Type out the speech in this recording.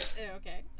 Okay